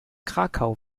krakau